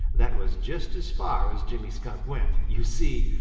that was just as far as jimmy skunk went. you see,